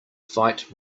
fight